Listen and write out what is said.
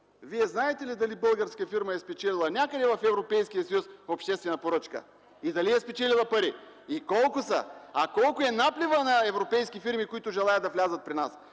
Вие знаете ли дали българска фирма е спечелила някъде в Европейския съюз обществена поръчка и дали е спечелила пари, и колко са?! А колко е напливът на европейски фирми, които желаят да влязат при нас,